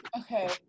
Okay